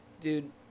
dude